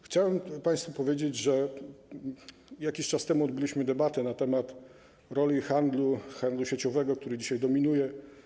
Chciałbym państwu powiedzieć, że jakiś czas temu odbyliśmy debatę na temat roli handlu, handlu sieciowego, który dzisiaj dominuje.